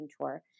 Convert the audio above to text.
Tour